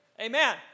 Amen